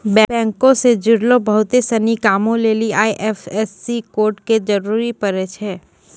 बैंको से जुड़लो बहुते सिनी कामो लेली आई.एफ.एस.सी कोड के जरूरी पड़ै छै